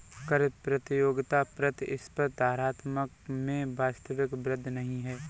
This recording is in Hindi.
कर प्रतियोगिता प्रतिस्पर्धात्मकता में वास्तविक वृद्धि नहीं है